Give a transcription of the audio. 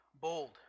bold